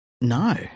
No